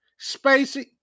Spacey